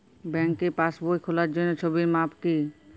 ব্যাঙ্কে পাসবই খোলার জন্য ছবির মাপ কী?